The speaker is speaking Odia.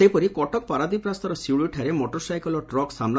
ସେହିପରି କଟକ ପାରାଦ୍ୱୀପ ରାସ୍ତାର ଶିଉଳିଠାରେ ମଟର ସାଇକେଲ୍ ଓ ଟ୍ରକ୍ ସାମୁ